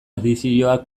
edizioak